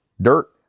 dirt